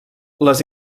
les